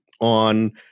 on